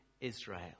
Israel